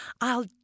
I'll